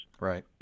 Right